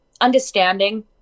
understanding